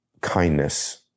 kindness